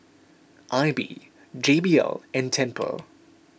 Aibi J B L and Tempur